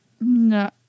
No